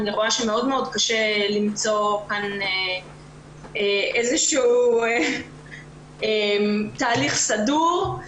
אני רואה שמאוד-מאוד קשה למצוא כאן איזה שהוא תהליך סדור.